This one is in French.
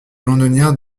londonien